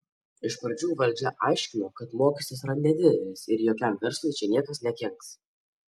iš pradžių valdžia aiškino kad mokestis yra nedidelis ir jokiam verslui čia niekas nekenks